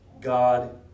God